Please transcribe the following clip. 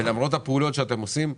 למרות הפעולות שאתם עושים,